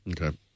Okay